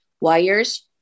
Wires